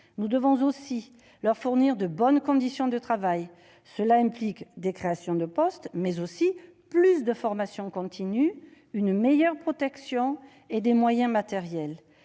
Nous devons aussi leur fournir de bonnes conditions de travail : cela implique des créations de postes, mais aussi plus de formation continue, une meilleure protection et des moyens matériels.